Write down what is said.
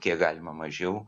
kiek galima mažiau